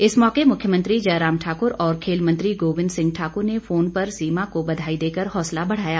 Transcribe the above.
इस मौके मुख्यमंत्री जयराम ठाक्र और खेल मंत्री गोविन्द सिंह ठाक्र ने फोन पर सीमा को बधाई देकर हौंसला बढ़ाया